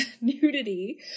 nudity